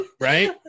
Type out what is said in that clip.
right